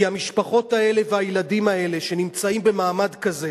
כי המשפחות האלה והילדים האלה, שנמצאים במעמד כזה